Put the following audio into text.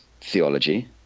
theology